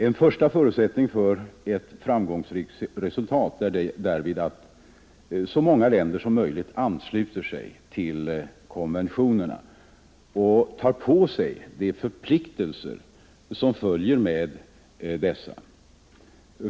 En första förutsättning för ett framgångsrikt resultat är därvid att så många länder som möjligt ansluter sig till konventionerna och tar på sig de förpliktelser som följer med dessa.